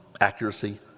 accuracy